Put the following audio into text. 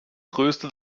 größte